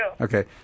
Okay